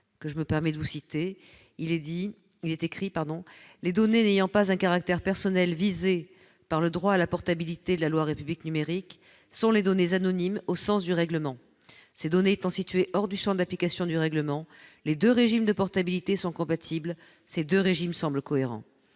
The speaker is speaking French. rapport parlementaire, il est précisé :« Les données n'ayant pas un caractère personnel visées par [le droit à la portabilité de la loi pour une République numérique] sont les données anonymes au sens du règlement [...] Ces données étant situées hors du champ d'application du règlement, les deux régimes de portabilité sont [...] compatibles. ...ces deux régimes semblent cohérents. »